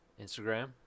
Instagram